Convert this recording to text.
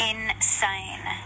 Insane